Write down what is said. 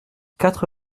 quatre